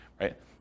right